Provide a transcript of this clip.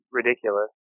ridiculous